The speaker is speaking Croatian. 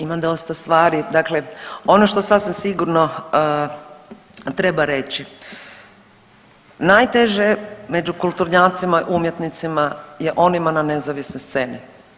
Imam dosta stvari, dakle ono što sasvim sigurno treba reći, najteže među kulturnjacima, umjetnicima je onima na nezavisnoj sceni.